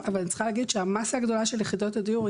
נעשה את המדרג הזה אבל אלה שתי הוועדות שכרגע פועלות